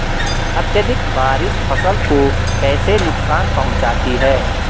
अत्यधिक बारिश फसल को कैसे नुकसान पहुंचाती है?